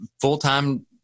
full-time